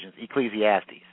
Ecclesiastes